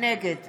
נגד